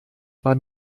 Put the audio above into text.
war